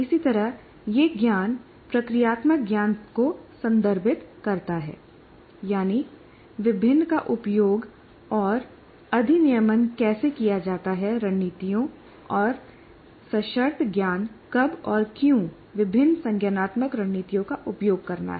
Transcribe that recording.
इसी तरह यह ज्ञान प्रक्रियात्मक ज्ञान को संदर्भित करता है यानी विभिन्नका उपयोग और अधिनियमन कैसे किया जाता है रणनीतियों और सशर्त ज्ञान कब और क्यों विभिन्न संज्ञानात्मक रणनीतियों का उपयोग करना है